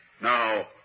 Now